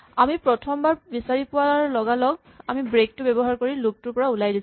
আৰু প্ৰথমবাৰ বিচাৰি পোৱাৰ লগালগ আমি ব্ৰেক টো ব্যৱহাৰ কৰি লুপ টোৰ পৰা ওলাই দিছিলো